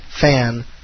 Fan